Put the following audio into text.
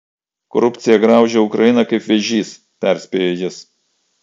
korupcija graužia ukrainą kaip vėžys perspėjo jis